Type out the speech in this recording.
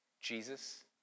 Jesus